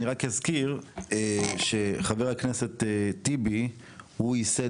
אני רק אזכיר שחבר הכנסת טיבי הוא ייסד